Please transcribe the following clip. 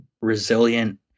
resilient